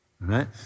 Right